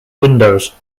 windows